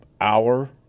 hour